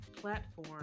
platform